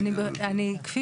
אני אגיד לך.